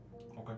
Okay